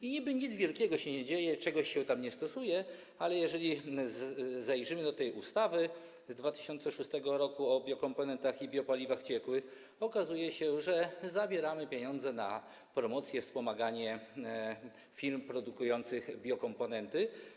I niby nic wielkiego się nie dzieje, czegoś się tam nie stosuje, ale jeżeli zajrzymy do tej ustawy z 2006 r. o biokomponentach i biopaliwach ciekłych, okazuje się, że zabieramy pieniądze na promocję, wspomaganie firm produkujących biokomponenty.